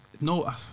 no